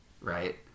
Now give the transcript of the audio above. Right